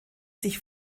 sich